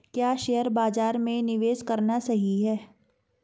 क्या शेयर बाज़ार में निवेश करना सही है?